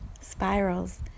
spirals